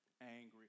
Angry